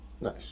nice